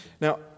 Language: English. Now